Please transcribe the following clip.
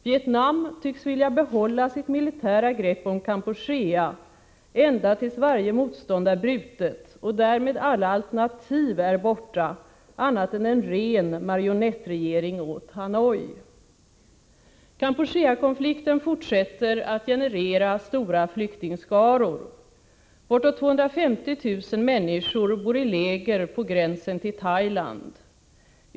Vietnam tycks vilja behålla sitt militära grepp om Kampuchea ända tills varje motstånd är brutet och därmed alla alternativ är borta annat än en ren marionettregering åt Hanoi. Kampuchea-konflikten fortsätter att generera stora flyktingskaror. Bortåt 250 000 människor bor i läger på gränsen till Thailand.